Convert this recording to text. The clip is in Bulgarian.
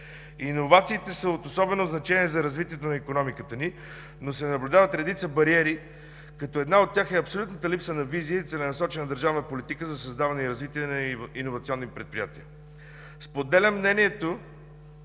Иновациите са от особено значение за развитие на икономиката ни, но се наблюдават редица бариери. Една от тях е абсолютната липса на визия и целенасочена държавна политика за създаване и развитие на иновационни предприятия. Споделям мнението,